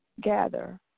gather